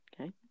okay